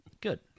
Good